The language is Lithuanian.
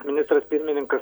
ministras pirmininkas